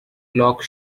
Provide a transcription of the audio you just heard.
lock